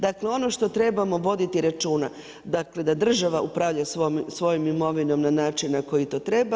Dakle, ono što trebamo voditi računa, dakle da država upravlja svojom imovinom na način na koji to treba.